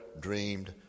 dreamed